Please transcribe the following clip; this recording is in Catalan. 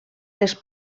les